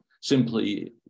simply